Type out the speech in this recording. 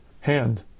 hand